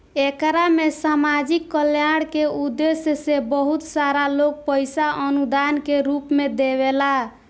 एकरा में सामाजिक कल्याण के उद्देश्य से बहुत सारा लोग पईसा अनुदान के रूप में देवेला